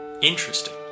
interesting